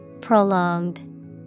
prolonged